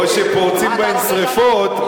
או שפורצים בהם שרפות,